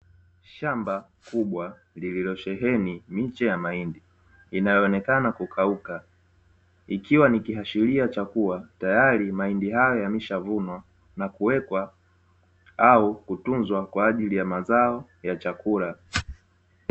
Shamba kubwa lililosheheni miche ya mahindi inayoonekana kukauka, ikiwa ni kiashiria cha kuwa tayari mahindi hayo yameshavunwa na kuwekwa au kutunzwa kwa ajili ya mazao ya chakula.